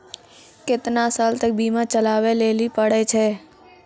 केतना साल तक बीमा चलाबै लेली पड़ै छै?